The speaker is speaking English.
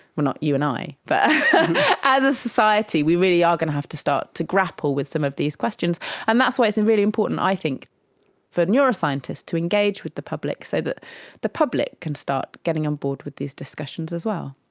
well, not you and i. but as a society we really are going to have to start to grapple with some of these questions, and that's why it's and really important i think for neuroscientists to engage with the public so that the public can start getting on board with these discussions as well.